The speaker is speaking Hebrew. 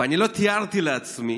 ואני לא תיארתי לעצמי